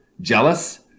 jealous